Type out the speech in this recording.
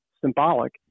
symbolic